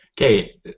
Okay